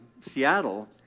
Seattle